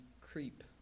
creep